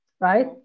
right